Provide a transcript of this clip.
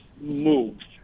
moves